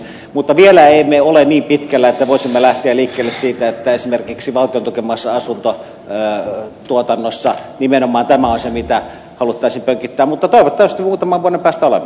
mutta vielä emme ole niin pitkällä että voisimme lähteä liikkeelle siitä että esimerkiksi valtion tukemassa asuntotuotannossa olisi nimenomaan tämä asia mitä haluttaisiin pönkittää mutta toivottavasti muutaman vuoden päästä olemme